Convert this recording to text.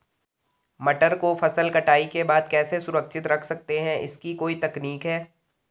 मटर को फसल कटाई के बाद कैसे सुरक्षित रख सकते हैं इसकी कोई तकनीक है?